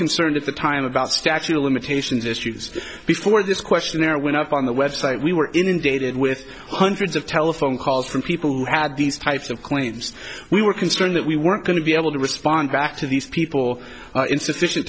concerned at the time about statute of limitations issues before this questionnaire went off on the website we were inundated with hundreds of telephone calls from people who had these types of claims we were concerned that we weren't going to be able to respond back to these people in sufficient